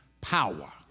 power